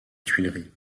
tuileries